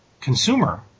consumer